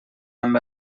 amb